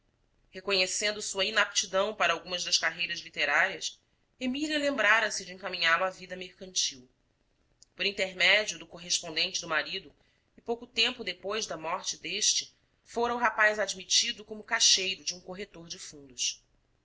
reconhecendo sua inaptidão para alguma das carreiras literárias emília lembrara se de encaminhálo à vida mercantil por intermédio do correspondente do marido e pouco tempo depois da morte deste fora o rapaz admitido como caixeiro de um corretor de fundos